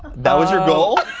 that was your goal